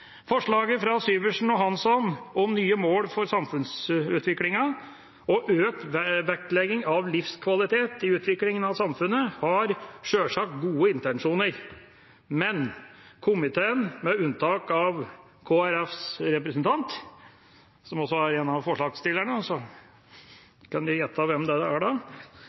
Forslaget fra representantene Syversen og Hansson om nye mål for samfunnsutviklingen og økt vektlegging av livskvalitet i utviklingen av samfunnet har selvsagt gode intensjoner, men komiteen – med unntak av Kristelig Folkepartis representant, som også er en av forslagsstillerne – mener likevel at det er